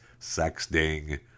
sexting